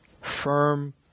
firm